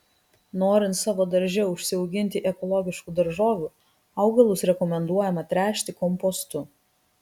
norint savo darže užsiauginti ekologiškų daržovių augalus rekomenduojama tręšti kompostu